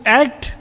act